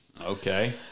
Okay